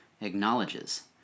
acknowledges